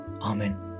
Amen